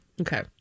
Okay